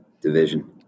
division